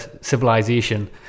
civilization